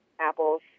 Apple's